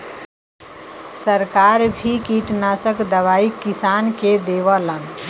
सरकार भी किटनासक दवाई किसान के देवलन